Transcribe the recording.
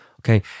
okay